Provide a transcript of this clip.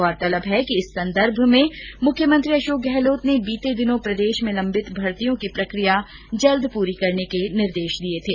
गौरतलब है कि इस संदर्भ में मुख्यमंत्री अशोक गहलोत ने बीते दिनों प्रदेश में लंबित भर्तियों की प्रक्रिया जल्द पूरी करने को लेकर निर्देश दिए थे